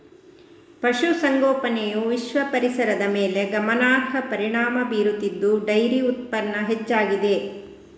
ಪಶು ಸಂಗೋಪನೆಯು ವಿಶ್ವ ಪರಿಸರದ ಮೇಲೆ ಗಮನಾರ್ಹ ಪರಿಣಾಮ ಬೀರುತ್ತಿದ್ದು ಡೈರಿ ಉತ್ಪನ್ನ ಹೆಚ್ಚಾಗಿದೆ